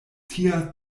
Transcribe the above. tia